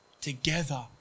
Together